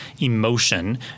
Emotion